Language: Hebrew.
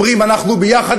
אומרים: אנחנו ביחד,